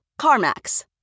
CarMax